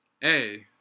Hey